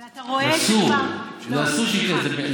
אבל אתה רואה, זה, אסור שיקרה.